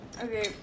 Okay